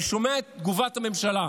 אני שומע את תגובת הממשלה.